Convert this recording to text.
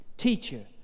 Teacher